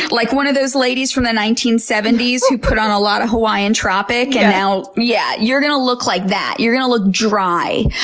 like one of those ladies from the nineteen seventy s who put on a lot of hawaiian tropic. and yeah you're gonna look like that. you're gonna look dry.